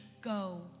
Go